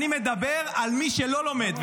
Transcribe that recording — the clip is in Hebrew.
אני מדבר על מי שלא לומד.